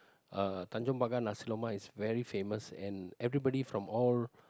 uh Tanjong-Pagar nasi-lemak is very famous and everybody from all